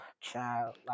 child